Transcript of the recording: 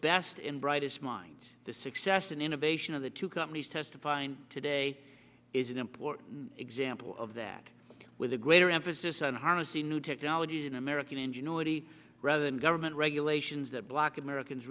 best and brightest minds the success and innovation of the two companies testifying today is an important example of that with the gray her emphasis on harnessing new technology in american ingenuity rather than government regulations that block americans